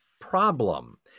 problem